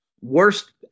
Worst